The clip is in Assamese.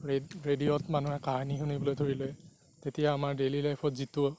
ৰেড ৰেডিঅ'ত মানুহে কাহানী শুনিবলৈ ধৰিলে তেতিয়া আমাৰ ডেইলী লাইফত যিটো